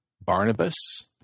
Barnabas